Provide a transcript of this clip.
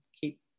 keep